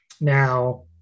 Now